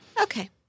Okay